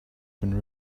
been